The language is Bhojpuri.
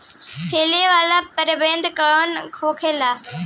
फैले वाला प्रभेद कौन होला?